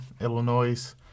Illinois